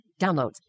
Downloads